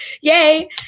Yay